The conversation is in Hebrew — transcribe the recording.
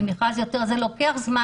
זה לוקח זמן.